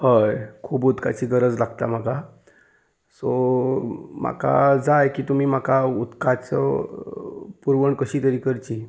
हय खूब उदकाची गरज लागता म्हाका सो म्हाका जाय की तुमी म्हाका उदकाचो पुरवण कशी तरी करची